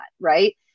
right